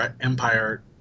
empire